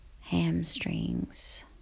hamstrings